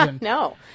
No